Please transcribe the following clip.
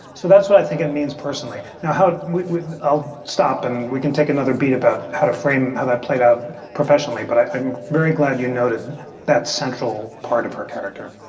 so that's what i think it means personally. now, how would ah stop and we can take another beat about how to frame how that played out professionally. but i'm very glad you noted that central part of her character